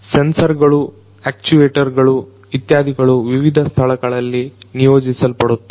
sensor ಗಳು actuator ಗಳು ಇತ್ಯಾದಿಗಳು ವಿವಿಧ ಸ್ಥಳಗಳಲ್ಲಿ ನಿಯೋಜಿಸಲ್ಪಡುತ್ತವೆ